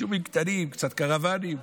יישובים קטנים, קצת קרוונים.